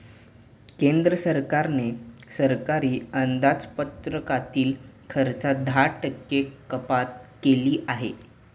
केंद्र सरकारने सरकारी अंदाजपत्रकातील खर्चात दहा टक्के कपात केली आहे